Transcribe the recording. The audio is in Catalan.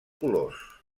colors